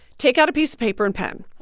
take out a piece of paper and pen.